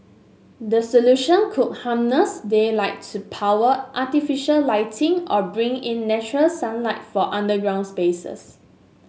the solution could harness daylight to power artificial lighting or bring in natural sunlight for underground spaces